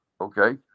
okay